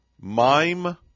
mime